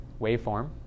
waveform